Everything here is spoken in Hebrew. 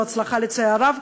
ללא הצלחה לצערי הרב.